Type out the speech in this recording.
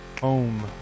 home